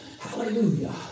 Hallelujah